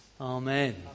Amen